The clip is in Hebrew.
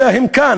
אלא הם כאן.